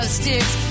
sticks